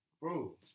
Bro